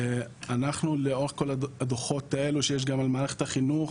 אנחנו לאורך כל הדוחות האלו שיש גם על מערכת החינוך,